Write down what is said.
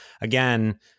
again